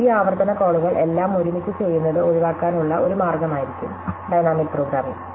ഈ ആവർത്തന കോളുകൾ എല്ലാം ഒരുമിച്ച് ചെയ്യുന്നത് ഒഴിവാക്കാനുള്ള ഒരു മാർഗമായിരിക്കും ഡൈനാമിക് പ്രോഗ്രാമിംഗ്